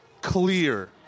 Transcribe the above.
clear